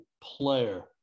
player